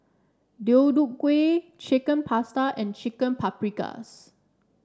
Deodeok Gui Chicken Pasta and Chicken Paprikas